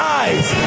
eyes